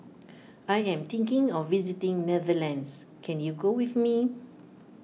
I am thinking of visiting Netherlands can you go with me